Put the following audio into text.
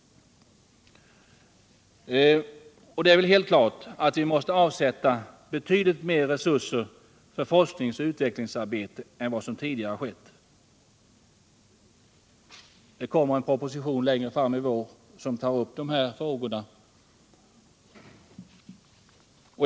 Det är väl helt klart att vi måste avsätta betydligt mer resurser för forskningsoch utvecklingsarbete än vad som tidigare skett; det kommer också en proposition längre fram i vår som tar upp de här frågorna.